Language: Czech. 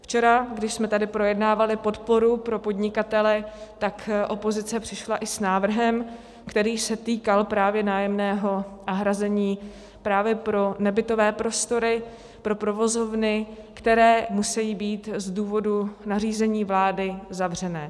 Včera, když jsme tady projednávali podporu pro podnikatele, tak opozice přišla i s návrhem, který se týkal právě nájemného a hrazení právě pro nebytové prostory, pro provozovny, které musejí být z důvodu nařízení vlády zavřené.